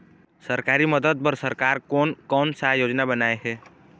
सरकारी मदद बर सरकार कोन कौन सा योजना बनाए हे?